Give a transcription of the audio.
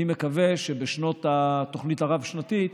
אני מקווה שבשנות התוכנית הרב-שנתית